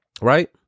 right